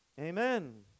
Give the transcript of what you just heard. Amen